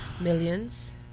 Millions